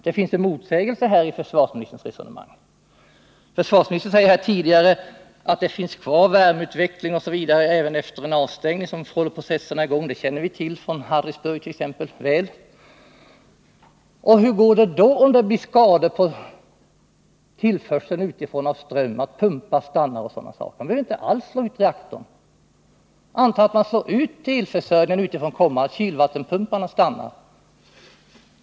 Det finns en motsägelse i försvarsministerns resonemang. Försvarsministern säger att det finns kvar värmeutveckling även efter en avstängning, vilket håller processerna i gång. Det känner vi väl till från t.ex. Harrisburg. Hur går det då om det blir skador på tillförseln av ström utifrån, så att pumpar stannar osv.? Man behöver inte alls slå ut reaktorn. Anta att man slår ut elförsörjningen utifrån så att kylvattenpumparna stannar!